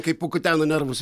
kaip pakutena nervus